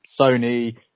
Sony